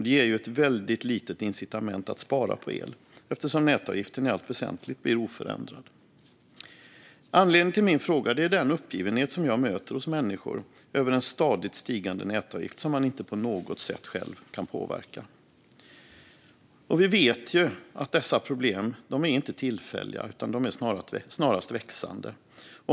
Det ger ju ett väldigt litet incitament att spara på el, eftersom nätavgiften i allt väsentligt blir oförändrad. Anledningen till min interpellation är den uppgivenhet som jag möter hos människor över en stadigt stigande nätavgift som man inte på något sätt själv kan påverka. Vi vet att dessa problem inte är tillfälliga utan snarast växande.